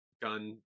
Gun